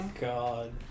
God